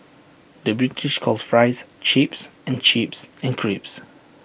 the British calls Fries Chips and chips and crisps